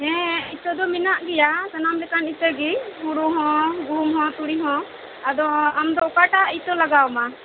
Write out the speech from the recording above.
ᱦᱮᱸ ᱤᱛᱟᱹ ᱫᱚ ᱢᱮᱱᱟᱜ ᱜᱮᱭᱟ ᱥᱟᱱᱟᱢ ᱞᱮᱠᱟᱱ ᱤᱛᱟᱹᱜᱮ ᱦᱩᱲᱩ ᱦᱚᱸ ᱜᱩᱦᱩᱢ ᱦᱚᱸ ᱛᱩᱲᱤ ᱦᱚᱸ ᱟᱫᱚ ᱟᱢᱫᱚ ᱚᱠᱟᱴᱟᱜ ᱤᱛᱟᱹ ᱞᱟᱜᱟᱣ ᱟᱢᱟ